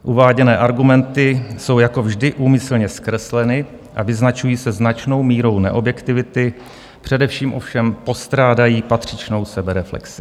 Uváděné argumenty jsou jako vždy úmyslně zkresleny a vyznačují se značnou mírou neobjektivity, především ovšem postrádají patřičnou sebereflexi.